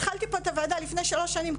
התחלתי פה בוועדה לפני שלוש שנים,